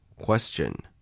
Question